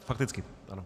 Fakticky, ano.